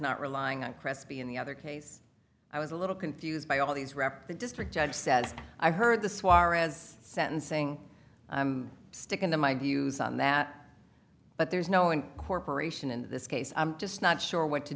not relying on crespi in the other case i was a little confused by all these rep the district judge said i heard the suarez sentencing i'm sticking to my views on that but there's no incorporation in this case i'm just not sure what to